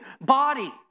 body